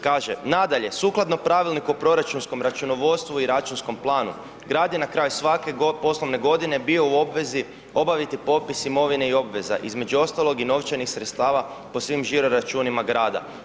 Kaže, nadalje, sukladno Pravilniku o proračunskom računovodstvu i računskom planu, grad je na kraju svake poslovne godine bio u obvezi obaviti popis imovine i obveza, između ostalog i novčanih sredstva po svim žiro računima grada.